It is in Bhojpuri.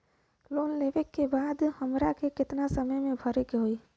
लोन लेवे के बाद हमरा के कितना समय मे भरे के होई?